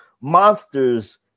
monsters